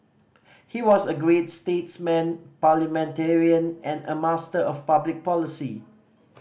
he was a great statesman parliamentarian and a master of public policy